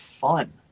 fun